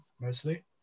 mostly